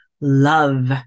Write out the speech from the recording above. love